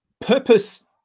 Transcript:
purpose